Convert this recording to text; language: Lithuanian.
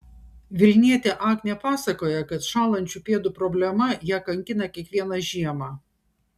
vilnietė agnė pasakoja kad šąlančių pėdų problema ją kankina kiekvieną žiemą